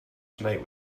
tonight